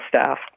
staff